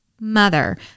mother